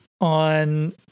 on